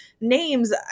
names